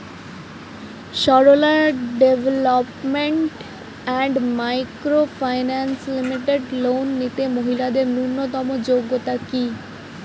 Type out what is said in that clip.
Sarala development and micro finance limited loan নিতে মহিলাদের ন্যূনতম যোগ্যতা কী?